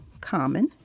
common